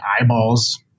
eyeballs